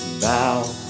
bow